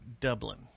Dublin